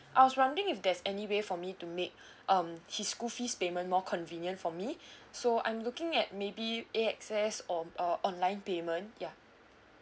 I was wondering if there's any way for me to make um his school fees payment more convenient for me so I'm looking at maybe A_X_S or uh online payment ya